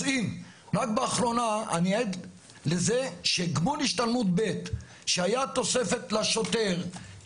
אז אם רק באחרונה אני עד לזה שגמול השתלמות ב' שהיה תוספת לשוטר,